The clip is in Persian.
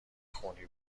خونی